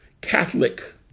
Catholic